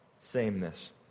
sameness